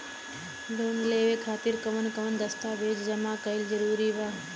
Loan लेवे खातिर कवन कवन दस्तावेज जमा कइल जरूरी बा?